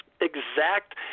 exact